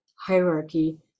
hierarchy